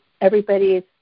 Everybody's